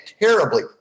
terribly